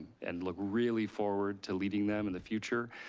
and look really forward to leading them in the future.